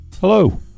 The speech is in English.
Hello